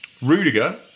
Rudiger